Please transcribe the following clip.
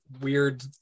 weird